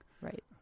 Right